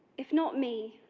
if not me,